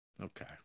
okay